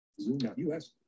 Zoom.us